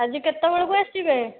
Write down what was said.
ଆଜି କେତେବେଳକୁ ଆସିବେ